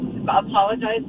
Apologize